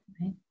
Right